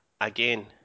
again